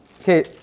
Okay